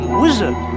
wizard